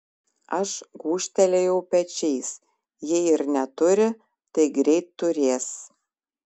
aš gūžtelėjau pečiais jei ir neturi tai greit turės